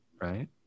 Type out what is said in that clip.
right